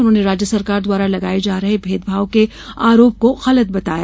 उन्होंने राज्य सरकार द्वारा लगाये जा रहे भेदभाव के आरोप को गलत बताया